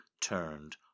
turned